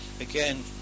again